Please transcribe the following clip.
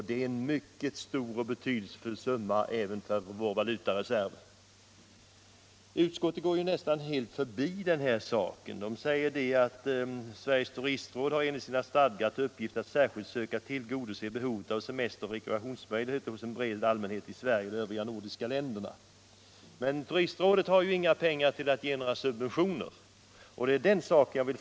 Det är en mycket stor och betydelsefull summa även för vår valutareserv. Utskottet går nästa helt förbi den här saken. Utskottet säger: ”Sveriges turistråd har enligt sina stadgar till uppgift att särskilt söka tillgodose behovet av semesteroch rekreationsmöjligheter hos en bred allmänhet i Sverige och i de övriga nordiska länderna.” Men Turistrådet har ju inga pengar för att ge några subventioner — det vill jag starkt understryka.